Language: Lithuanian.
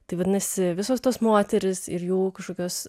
tai vadinasi visos tos moterys ir jų kažkokios